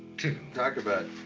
too. talk about